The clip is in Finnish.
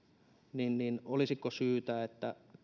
niin niin olisiko syytä että